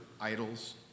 idols